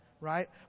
right